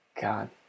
God